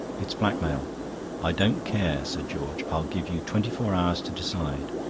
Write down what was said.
it's blackmail i don't care, said george. i'll give you twenty-four hours to decide